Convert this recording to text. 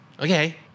Okay